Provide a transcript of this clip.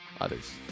others